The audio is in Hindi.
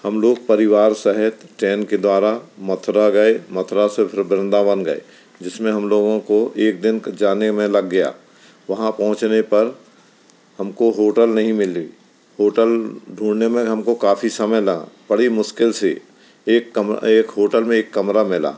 हम लोग परिवार सहित ट्रेन के द्वारा मथुरा गए मथुरा से फिर वृन्दावन गए जिसमें हम लोगों को एक दिन जाने में लग गया वहाँ पहुँचने पर हमको होटल नहीं मिली होटल ढूंढने में हमको काफ़ी समय लगा बड़ी मुश्किल से एक कमरा एक होटल में एक कमरा मिला